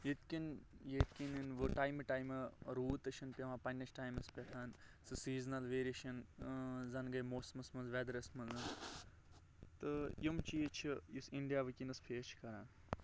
یِتھۍ کٔنۍ ییٚتہِ کِنۍ وۄنۍ ٹایمہِ ٹایمہِ روٗد تہِ چھُنہٕ پیٚوان پَننہِ ٹامس پٮ۪ٹھ سُہ سیزنل ویریشَن زَن گٔے موسمس منٛز ویدرَس منٛز تہٕ یِم چیٖز چھِ یُس اِنڈیا وِنکیٚنس فیس چھُ کران